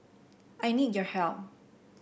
I need your help